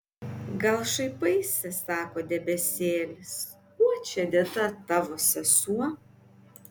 gal šaipaisi sako debesėlis kuo čia dėta tavo sesuo